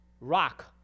rock